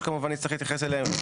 שכמובן נצטרך להתייחס אליהן.